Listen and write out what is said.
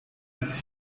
his